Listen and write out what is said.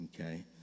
Okay